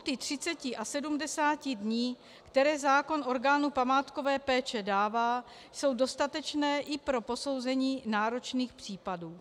Lhůty 30 a 70 dní, které zákon orgánu památkové péče dává, jsou dostatečné i pro posouzení náročných případů.